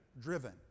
driven